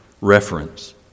Reference